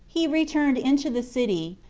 he returned into the city,